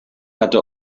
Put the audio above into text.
hatte